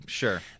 Sure